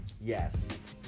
Yes